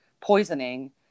poisoning